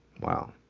Wow